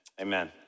Amen